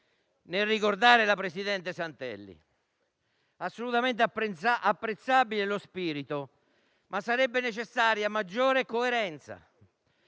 nel ricordare la presidente Santelli; è assolutamente apprezzabile lo spirito, ma sarebbe necessaria maggiore coerenza,